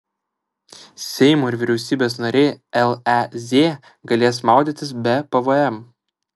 seimo ir vyriausybės nariai lez galės maudytis be pvm